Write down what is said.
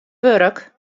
wurk